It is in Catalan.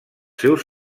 seus